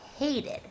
Hated